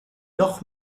noch